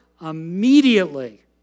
immediately